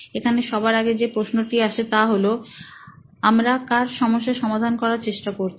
এখানে সবার আগে যে প্রশ্নটি আসে তা হলো আমরা কার সমস্যা সমাধান করার চেষ্টা করছি